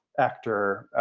actor,